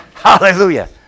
Hallelujah